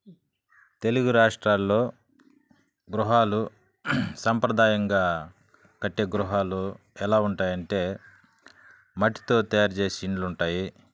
తెలుగు రాష్ట్రాల్లో గృహాలు సాంప్రదాయంగా కట్టే గృహాలు ఎలా ఉంటాయి అంటే మట్టితో తయారు చేసే ఇళ్ళు ఉంటాయి